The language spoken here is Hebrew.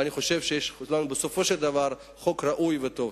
אני חושב שיש לנו בסופו של דבר חוק ראוי וטוב.